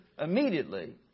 immediately